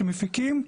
שמפיקים,